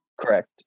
Correct